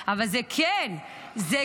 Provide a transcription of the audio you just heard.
אבל איזו